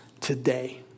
today